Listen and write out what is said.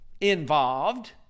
involved